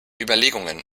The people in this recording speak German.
überlegungen